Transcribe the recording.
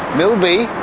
mill b,